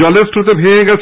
জলের স্রোতে ভেঙে গেছে